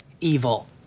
Evil